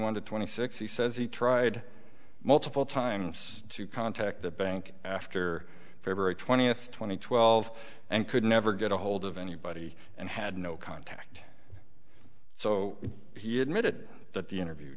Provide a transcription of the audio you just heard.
to twenty six he says he tried multiple times to contact the bank after february twentieth two thousand and twelve and could never get ahold of anybody and had no contact so he admitted that the interview